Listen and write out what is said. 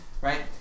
right